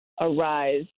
arise